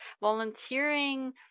Volunteering